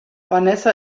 vanessa